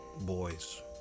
boys